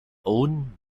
own